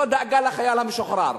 לא דאגה לחייל המשוחרר,